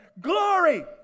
Glory